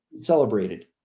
Celebrated